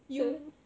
you